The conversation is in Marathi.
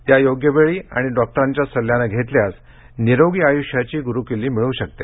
त्या योग्य वेळी आणि डॉक्टरांच्या सल्ल्यानं घेतल्यास स्वस्थ आणि निरोगी आयुष्याची गुरुकिल्ली मिळू शकते